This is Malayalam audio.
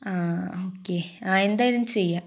ആ ഓക്കെ ആ എന്തായാലും ചെയ്യാം